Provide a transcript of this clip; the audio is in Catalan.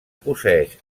posseeix